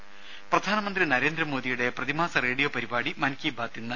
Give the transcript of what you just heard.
ദേദ പ്രധാനമന്ത്രി നരേന്ദ്രമോദിയുടെ പ്രതിമാസ റേഡിയോ പരിപാടി മൻകീ ബാത് ഇന്ന്